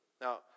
Now